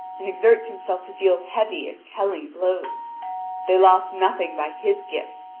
and exerts himself to deal heavy, and telling blows they lost nothing by his gifts,